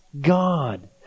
God